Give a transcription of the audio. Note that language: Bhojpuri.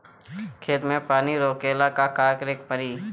खेत मे पानी रोकेला का करे के परी?